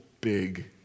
big